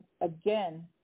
again